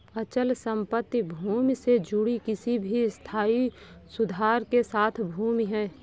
अचल संपत्ति भूमि से जुड़ी किसी भी स्थायी सुधार के साथ भूमि है